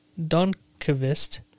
Donkovist